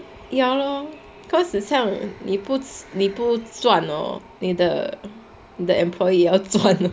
ya lor because 很像你不你不赚 hor 你的 employee 赚